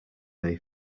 they